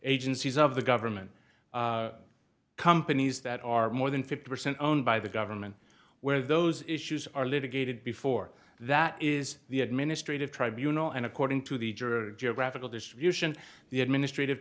agencies of the government companies that are more than fifty percent owned by the government where those issues are litigated before that is the administrative tribunal and according to the juror geographical distribution the administrative